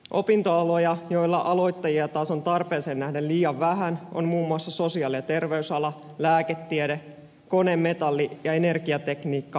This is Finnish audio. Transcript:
opintoaloja joilla aloittajia taas on tarpeeseen nähden liian vähän on muun muassa sosiaali ja terveysala lääketiede kone metalli ja energiatekniikka ja puhdistuspalvelut